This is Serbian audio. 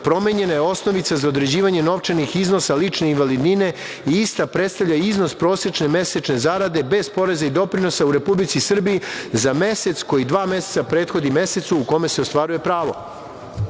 promenjena je osnovica za određivanje novčanih iznosa lične invalidnine i ista predstavlja iznos prosečne mesečne zarade bez poreza i doprinosa u Republici Srbiji za mesec koji dva meseca prethodi mesecu u kome se ostvaruje pravo. Pod